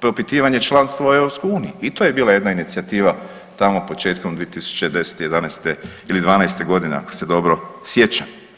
propitivanje članstva u Europskoj uniji i to je bila jedna inicijativa tamo početkom 2010., 11. ili 12. godine ako se dobro sjećam.